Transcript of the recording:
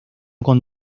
con